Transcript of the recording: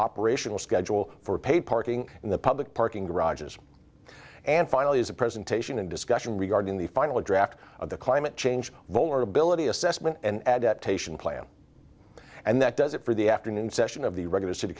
operational schedule for paid parking in the public parking garages and finally is a presentation and discussion regarding the final draft of the climate change vulnerability assessment and adaptation plan and that does it for the afternoon session of the regular city